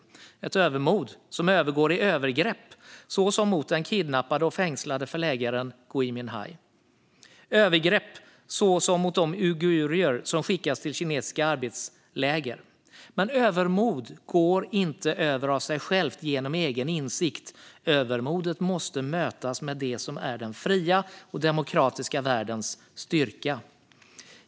Det är ett övermod som övergår i övergrepp, till exempel mot den kidnappade och fängslade förläggaren Gui Minhai eller mot de uigurer som skickas till kinesiska arbetsläger. Men övermod går inte över av sig självt genom egen insikt. Övermodet måste mötas med det som är den fria och demokratiska världens styrka.